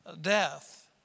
death